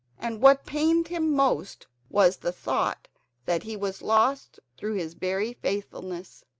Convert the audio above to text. and what pained him most was the thought that he was lost through his very faithfulness,